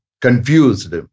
confused